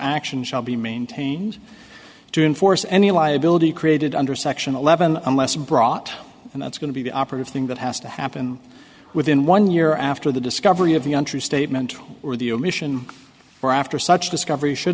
action shall be maintained to enforce any liability created under section eleven unless brought and that's going to be the operative thing that has to happen within one year after the discovery of the untrue statement or the omission or after such discovery should